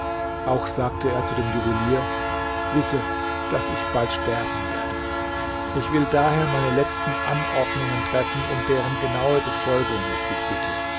auch sagte er zu dem juwelier wisse daß ich bald sterben werde ich will daher meine letzten anordnungen treffen um deren genaue befolgung ich dich bitte